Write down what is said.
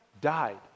died